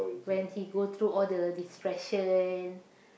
when he go through all the depression